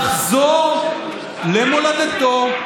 לחזור למולדתו,